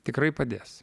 tikrai padės